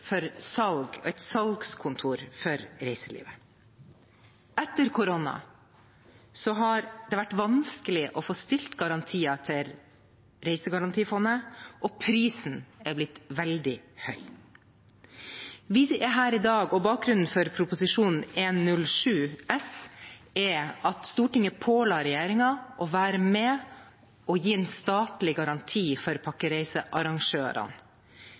for salg og et salgskontor for reiselivet. Etter koronaen har det vært vanskelig å få stilt garantier til Reisegarantifondet, og prisen er blitt veldig høy. Vi er her i dag, og bakgrunnen for Prop. 107 S er at Stortinget påla regjeringen å være med og gi en statlig garanti for pakkereisearrangørene,